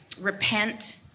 repent